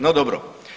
No dobro.